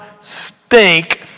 stink